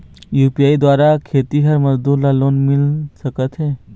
UPI द्वारा खेतीहर मजदूर ला लोन मिल सकथे?